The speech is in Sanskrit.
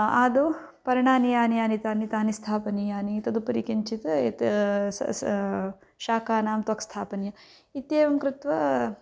आदौ पर्णानि यानि यानि तानि तानि स्थापनीयानि तदुपरि किञ्चित् एत शाकानां त्वक् स्थापनीया इत्येवं कृत्वा